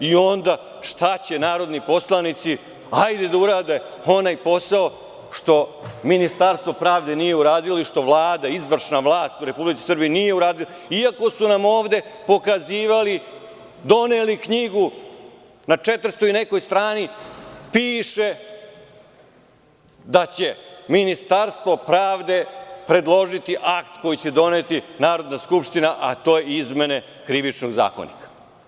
Šta će onda narodni poslanici, hajde da urade onaj posao što Ministarstvo pravde nije uradilo i što Vlada, izvršna vlast u Republici Srbiji nije uradila, iako su nam ovde pokazivali, doneli knjigu, na četristo i nekoj strani piše da će Ministarstvo pravde predložiti akt koji će doneti Narodna skupština, a to su izmene Krivičnog zakonika.